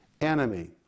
enemy